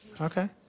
Okay